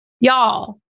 Y'all